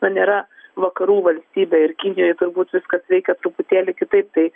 na nėra vakarų valstybė ir kinijoj turbūt viskas reikia truputėlį kitaip tai